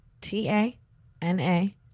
T-A-N-A